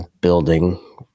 building